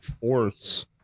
force